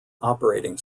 operating